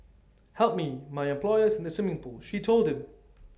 help me my employer is in the swimming pool she told him